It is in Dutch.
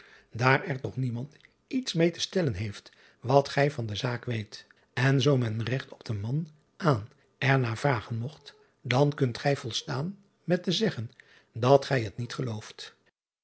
daar er toch niemand iets meê te stellen heeft wat gij van de zaak weet en zoo men regt op den man aan er na vragen mogt dan kunt gij volstaan met te zeggen dat gij het niet gelooft